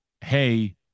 hey